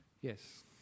Yes